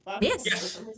Yes